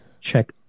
check